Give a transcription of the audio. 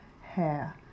hair